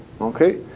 okay